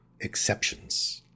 Exceptions